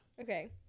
Okay